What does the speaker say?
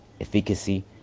efficacy